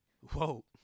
whoa